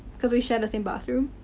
because we share the same bathroom.